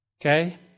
okay